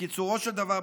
בקיצורו של דבר,